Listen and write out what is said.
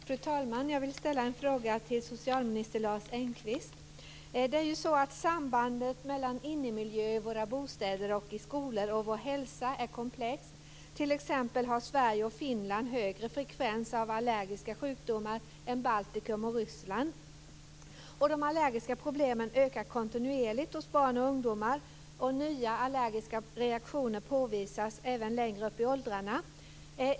Fru talman! Jag vill ställa en fråga till socialminister Lars Engqvist. Sambandet mellan innemiljön i våra bostäder och skolor och vår hälsa är komplext. Sverige och Finland har t.ex. högre frekvens av allergiska sjukdomar än Baltikum och Ryssland. De allergiska problemen öka kontinuerligt hos barn och ungdomar. Nya allergiska reaktioner påvisas även längre upp i åldrarna.